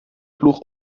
ploeg